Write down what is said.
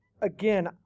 again